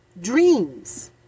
dreams